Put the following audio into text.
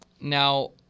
Now